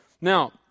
Now